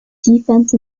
defence